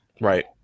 Right